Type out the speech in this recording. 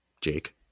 Jake